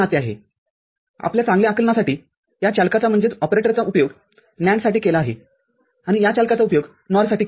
येथे आपण चांगल्या आकलनासाठी या चालकाचाउपयोग NAND साठी केला आहे आणि या चालकाचा उपयोग NOR साठी केला आहे